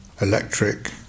electric